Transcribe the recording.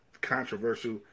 controversial